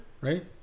right